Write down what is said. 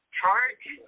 charge